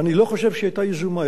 אני לא חושב שהיא היתה יזומה.